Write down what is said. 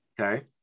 Okay